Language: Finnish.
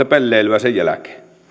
pelleilyä sen jälkeen